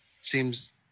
seems